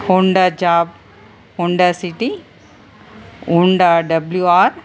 Honda jazz Honda city Honda W R